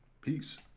Peace